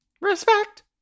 Respect